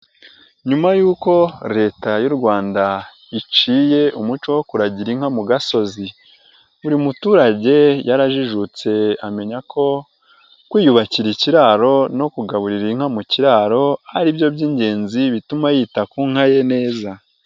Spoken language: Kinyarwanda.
Nyuma y'uko leta y'u Rwanda iciye umuco wo kuragira inka mu gasozi, buri muturage yarajijutse amenya ko kwiyubakira ikiraro no kugaburira inka mu kiraro ari byo by'ingenzi bituma yita ku nka ye neza.